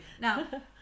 Now